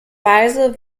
weise